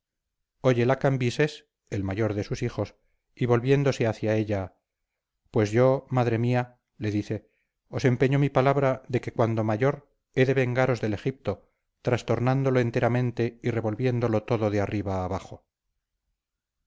nictetis óyela cambises el mayor de sus hijos y volviéndose hacia ella pues yo madre mía le dice os empeño mi palabra de que cuando mayor he de vengaros del egipto trastornándolo enteramente y revolviéndolo todo de arriba abajo